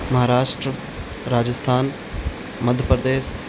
Maharashtra Rajasthan Madhya Pradesh